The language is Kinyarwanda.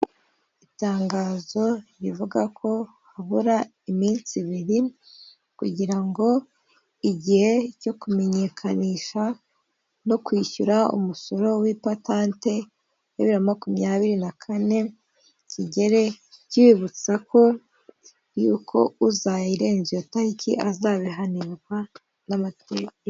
Itangazo rivuga ko habura iminsi ibiri, kugira ngo igihe cyo kumenyekanisha, no kwishyura umusoro w'ipatante, ya bibiri na makumyabiri na kane kigere, kibutsa ko, yuko uzayirenza iyo tariki azabihanirwa, n'amategeko.